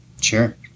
Sure